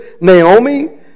Naomi